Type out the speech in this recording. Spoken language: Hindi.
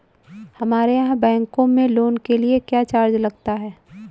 हमारे यहाँ बैंकों में लोन के लिए क्या चार्ज लगता है?